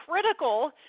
critical